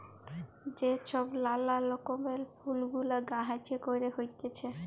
যে ছব লালা রকমের ফুল গুলা গাহাছে ক্যইরে হ্যইতেছে